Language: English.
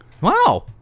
Wow